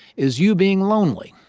is you being lonely.